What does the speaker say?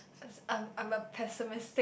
I'm I'm a pessimistic